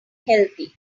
healthy